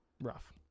Rough